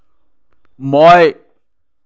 মই